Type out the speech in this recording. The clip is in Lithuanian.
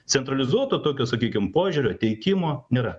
centralizuoto tokio sakykim požiūrio teikimo nėra